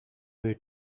way